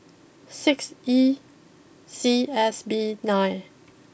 six E C S B nine